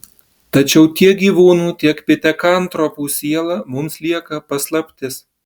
tačiau tiek gyvūnų tiek pitekantropų siela mums lieka paslaptis